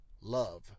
love